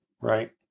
right